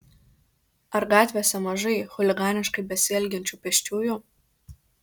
ar gatvėse mažai chuliganiškai besielgiančių pėsčiųjų